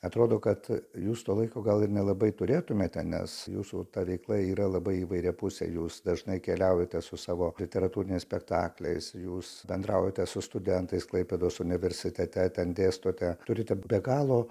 atrodo kad jūs to laiko gal ir nelabai turėtumėte nes jūsų ta veikla yra labai įvairiapusė jūs dažnai keliaujate su savo literatūriniais spektakliais jūs bendraujate su studentais klaipėdos universitete ten dėstote turite be galo